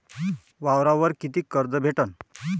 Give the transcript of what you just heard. वावरावर कितीक कर्ज भेटन?